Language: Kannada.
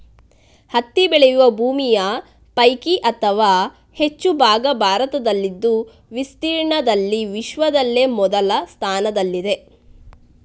ಹತ್ತಿ ಬೆಳೆಯುವ ಭೂಮಿಯ ಪೈಕಿ ಅತಿ ಹೆಚ್ಚು ಭಾಗ ಭಾರತದಲ್ಲಿದ್ದು ವಿಸ್ತೀರ್ಣದಲ್ಲಿ ವಿಶ್ವದಲ್ಲಿ ಮೊದಲ ಸ್ಥಾನದಲ್ಲಿದೆ